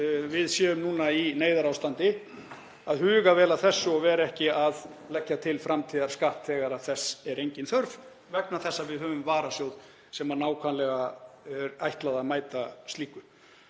við séum núna í neyðarástandi, að huga vel að þessu og vera ekki að leggja til framtíðarskatt þegar þess er engin þörf, vegna þess að við höfum varasjóð sem nákvæmlega er ætlað að mæta slíku.